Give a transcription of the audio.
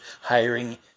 hiring